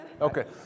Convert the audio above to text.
Okay